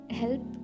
help